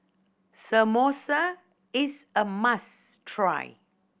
samosa is a must try